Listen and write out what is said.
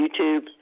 YouTube